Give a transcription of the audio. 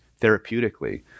therapeutically